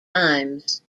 times